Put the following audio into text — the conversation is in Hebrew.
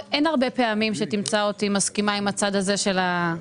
אין הרבה פעמים שתמצא אותי מסכימה עם הצד הזה של מרחב הדיון.